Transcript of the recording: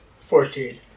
Fourteen